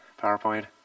PowerPoint